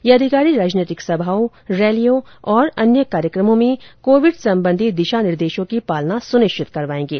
ये अधिकारी राजनैतिक सभाओं रैलियों और अन्य कार्यक्रमों में कोविड संबंधी दिशा निर्देशों की पालना सुनिश्चित करवाएंगे